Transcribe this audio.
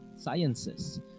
sciences